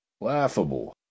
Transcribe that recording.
laughable